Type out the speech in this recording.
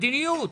מדיניות.